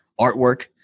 artwork